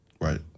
Right